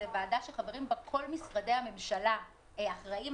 זו ועדה שחברים בה כל משרדי הממשלה האחראיים.